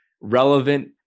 relevant